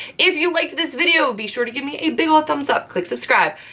if you like this video, be sure to give me a big ole thumbs up, click subscribe,